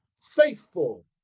faithful